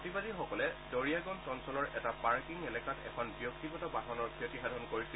প্ৰতিবাদীসকলে দৰিয়াগঞ্জ অঞ্চলৰ এটা পাৰ্কিং এলেকাত এখন ব্যক্তিগত বাহনৰ ক্ষতিসাধন কৰিছিল